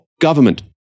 government